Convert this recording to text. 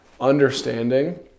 understanding